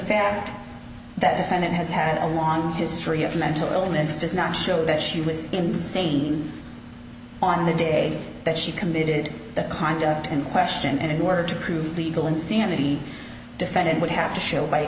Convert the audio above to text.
fact that defendant has had a long history of mental illness does not show that she was insane on the day that she committed the conduct in question and it worked to prove legal insanity defendant would have to show by